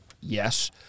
Yes